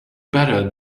better